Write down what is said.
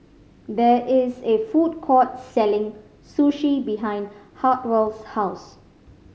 there is a food court selling Sushi behind Hartwell's house